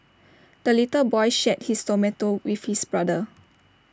the little boy shared his tomato with his brother